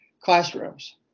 classrooms